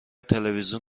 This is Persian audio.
تلویزیون